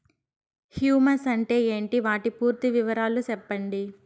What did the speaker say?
Humus అంటే ఏంటి? వాటి పూర్తి వివరాలు సెప్పండి?